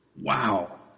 Wow